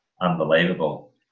unbelievable